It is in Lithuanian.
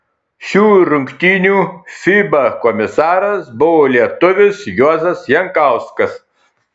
šių rungtynių fiba komisaras buvo lietuvis juozas jankauskas